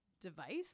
device